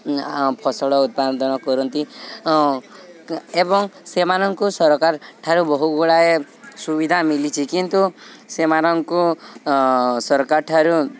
ଫସଳ ଉତ୍ପାଦନ କରନ୍ତି ଏବଂ ସେମାନଙ୍କୁ ସରକାରଠାରୁ ବହୁଗୁଡ଼ାଏ ସୁବିଧା ମିଲିଛି କିନ୍ତୁ ସେମାନଙ୍କୁ ସରକାରଠାରୁ